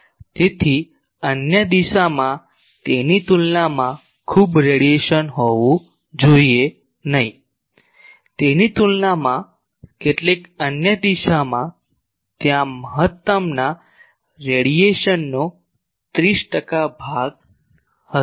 તેથી કોઈ અન્ય દિશામાં તેની તુલનામાં ખૂબ રેડીએશન હોવું જોઈએ નહીં તેની તુલનામાં કેટલીક અન્ય દિશામાં ત્યાં મહત્તમના રેડિયેશનનો 30 ટકા ભાગ હશે